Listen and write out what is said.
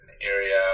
area